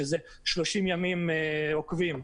שזה 30 ימים עוקבים,